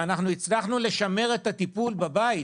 אנחנו הצלחנו לשמר את הטיפול בבית.